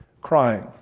crying